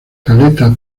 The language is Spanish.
caleta